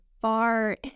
far